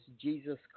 Jesus